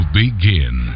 begin